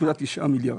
מיליארד.